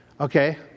Okay